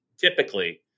typically